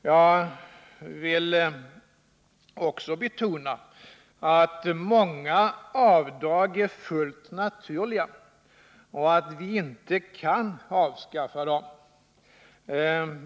Jag vill också betona att många avdrag är fullt naturliga och att vi inte kan avskaffa dem.